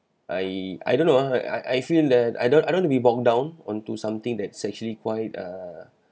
I I don't know uh I I feel that I don't I don't want to be bogged down onto something that's actually quite err